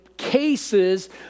Cases